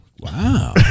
Wow